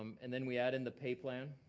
and then we add in the pay plan,